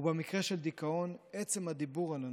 ובמקרה של דיכאון, עצם הדיבור על הנושא,